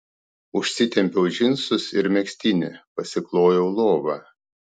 užsitempiau džinsus ir megztinį pasiklojau lovą